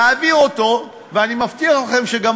להביא אותו, ואני מבטיח לכם שגם